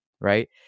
right